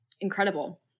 incredible